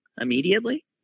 immediately